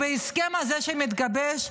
בהסכם הזה שמתגבש,